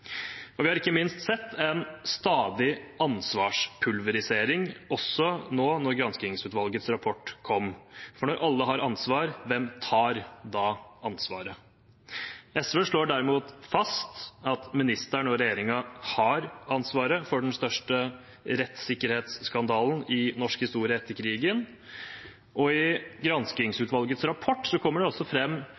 Vi har ikke minst sett en stadig ansvarspulverisering, også da granskingsutvalgets rapport kom. For når alle har ansvar, hvem tar da ansvaret? SV slår derimot fast at ministeren og regjeringen har ansvaret for den største rettssikkerhetsskandalen i norsk historie etter krigen. I granskingsutvalgets rapport kommer det